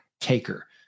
taker